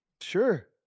Sure